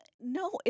No